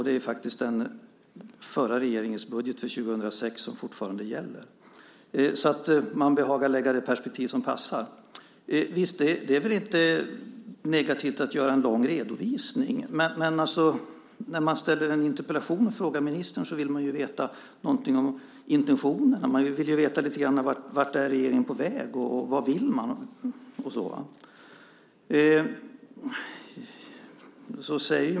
Det är den förra regeringens budget för 2006 som fortfarande gäller. Man behagar lägga det perspektiv som passar. Det är inte negativt att göra en lång redovisning, men när man ställer en interpellation och frågar ministern vill man veta någonting om intentionerna. Man vill veta lite grann om vart regeringen är på väg och vad den vill.